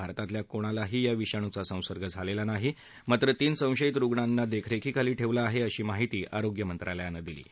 भारतातल्या कोणालाही या विषाणूचा संसर्ग झालेला नाही मात्र तीन संशयित रुग्णांना देखरेखीखाली ठेवलं आहे अशी माहिती आरोग्य मंत्रालयानं दिली आहे